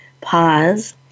pause